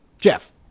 Jeff